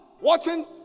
watching